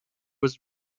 was